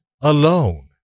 alone